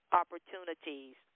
opportunities